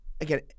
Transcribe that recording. again